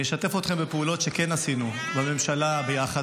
אני אשתף אתכם בפעולות שכן עשינו בממשלה ביחד,